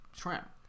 shrimp